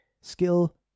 skill